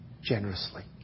generously